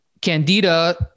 candida